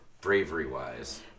bravery-wise